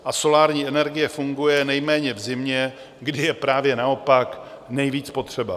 A solární energie funguje nejméně v zimě, kdy je právě naopak nejvíc potřeba.